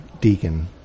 deacon